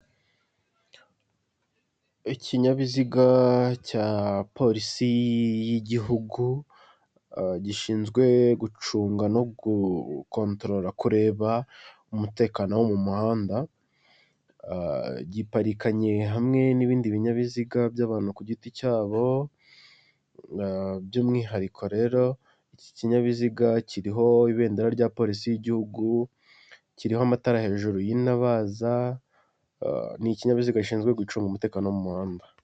Ikinyabiziga cya polisi y'igihugu, gishinzwe gucunga no gukontorora kureba umutekano wo mu muhanda, giparikanye hamwe n'ibindi binyabiziga by'abantu ku giti cyabo, by'umwihariko rero iki kinyabiziga kiriho ibendera rya polisi y'igihugu, kiriho amatara hejuru y'intabaza, ni ikinyabiziga gishinzwe gucunga umutekano wo mu muhanda.